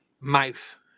Mouth